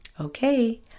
Okay